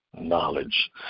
knowledge